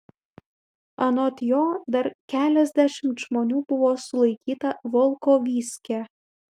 anot jo dar keliasdešimt žmonių buvo sulaikyta volkovyske